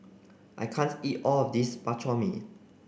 I can't eat all of this Bak Chor Mee